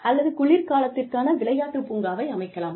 அல்லது குளிர் காலத்திற்கான விளையாட்டு பூங்காவை அமைக்கலாம்